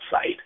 Site